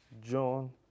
John